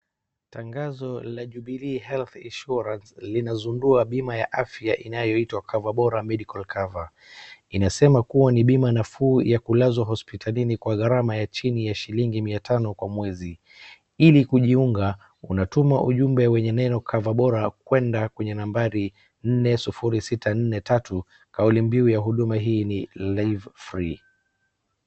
Tangazo la Jubilee health insurance linazindua bima ya afya inayoitwa coverbora medical cover . Inasema kuwa ni bima nafuu ya kulazwa hospitalini kwa gharama ya chini ya shilingi mia tano kwa mwezi. Ili kujiunga, unatuma ujumbe wenye maneno cover bora kwenda kwenye nambari nne, sururi, sita, nne, tatu, kauli mbiu ya huduma hii ni live free .